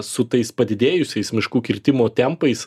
su tais padidėjusiais miškų kirtimo tempais